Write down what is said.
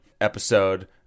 episode